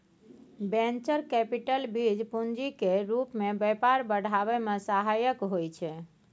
venture capital बीज पूंजी केर रूप मे व्यापार बढ़ाबै मे सहायक होइ छै